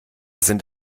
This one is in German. sind